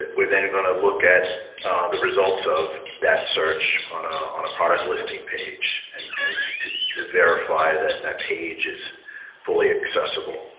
we're then going to look at the results of that search on ah on a product listing page, and and to to verify that that page is fully accessible.